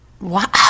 Wow